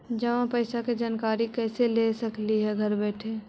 जमा पैसे के जानकारी कैसे ले सकली हे घर बैठे?